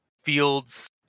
fields